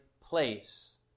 place